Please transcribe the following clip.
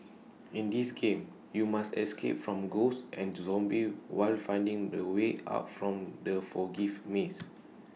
in this game you must escape from ghosts and zombies while finding the way out from the foggy maze